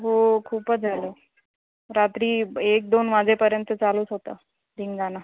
हो खूपच झालं रात्री एक दोन वाजेपर्यंत चालूच होता धिंगाणा